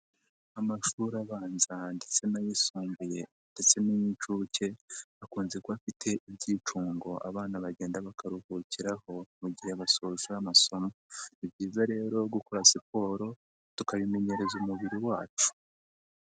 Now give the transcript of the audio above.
Amashuri abanza ndetse n'ayisumbuye ndetse n'ay'inshuke akunze kuba afite ibyifungo abana bagenda bakaruhukiraho mu gihe basoje amasomo, ni byiza rero gukora siporo tukabimenyereza umubiri wacu.